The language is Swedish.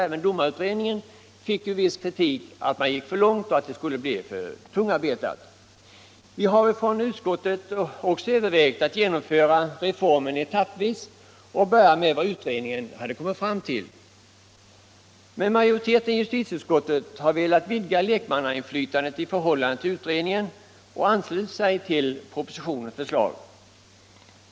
Även domarutredningen fick som sagt viss kritik för att man gick för långt och att det skulle bli för tungarbetat. Vi har i utskottet också övervägt att genomföra reformen etappvis och börja med vad utredningen kom fram till. Men majoriteten i justitieutskottet har velat vidga lekmannainflytandet i förhållande till utredningen och anslutit sig till propositionens förslag.